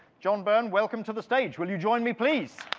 john byrne, welcome to the stage. will you join me, please?